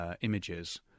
images